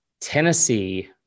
Tennessee